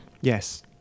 Yes